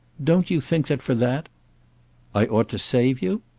don't you think that for that i ought to save you?